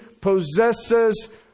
possesses